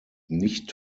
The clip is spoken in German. nicht